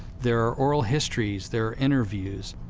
there are oral histories, there are interviews.